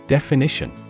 Definition